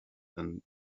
than